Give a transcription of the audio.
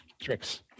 Tricks